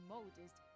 Modest